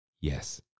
Yes